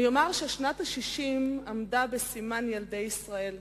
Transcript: שנת ה-60 עמדה בסימן ילדי ישראל.